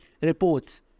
reports